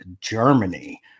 Germany